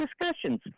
discussions